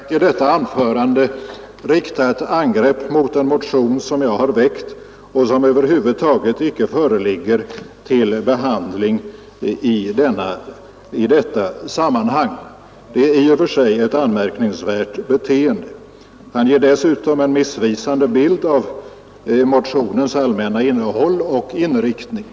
Herr talman! Herr Ahlmark har tillåtit sig att i sitt anförande rikta ett angrepp mot en motion som jag har väckt och som inte föreligger till behandling i detta sammanhang. Det är i och för sig ett anmärkningsvärt beteende. Herr Ahlmark har dessutom givit en missvisande bild av motionens allmänna innehåll och inriktning.